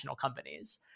companies